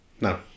no